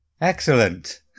Excellent